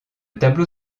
tableau